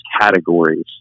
categories